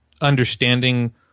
understanding